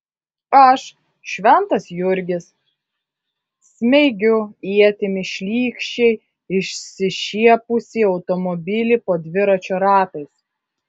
aš šventas jurgis smeigiu ietimi šlykščiai išsišiepusį automobilį po dviračio ratais